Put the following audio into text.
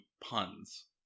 puns